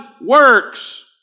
works